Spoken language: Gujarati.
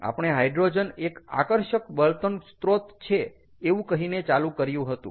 આપણે હાઈડ્રોજન એક આકર્ષક બળતણ સ્ત્રોત છે એવું કહીને ચાલુ કર્યું હતું